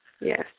Yes